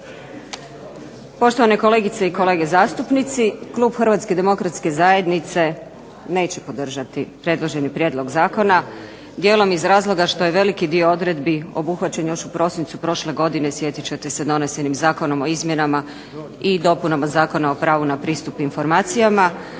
Poštovane kolegice i kolege, zastupnici klub HDZ-a neće podržati predloženi prijedlog zakona, dijelom iz razloga što je veliki dio odredbi obuhvaćen još u prosincu prošle godine, sjetit ćete se donesenim Zakonom o izmjenama i dopunama Zakona o pravu na pristup informacijama,